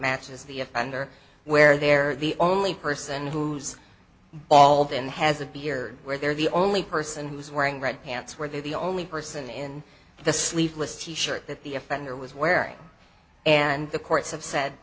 matches the offender where they're the only person who's bald and has a beard where they're the only person who's wearing red pants where they're the only person in the sleeveless t shirt that the offender was wearing and the courts have said